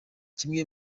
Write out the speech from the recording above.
kimwe